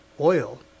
oil